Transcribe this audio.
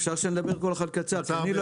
אפשר שנדבר כל אחד קצר.